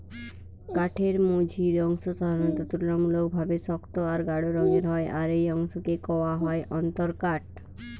কাঠের মঝির অংশ সাধারণত তুলনামূলকভাবে শক্ত আর গাঢ় রঙের হয় আর এই অংশকে কওয়া হয় অন্তরকাঠ